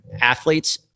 athletes